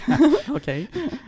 Okay